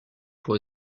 pour